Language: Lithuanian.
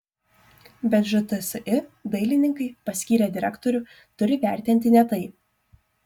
bet žtsi dalininkai paskyrę direktorių turi vertinti ne tai